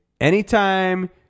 anytime